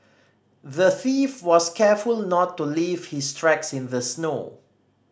the thief was careful to not leave his tracks in the snow